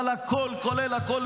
אבל הכול כולל הכול,